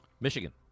Michigan